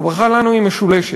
והברכה לנו היא משולשת,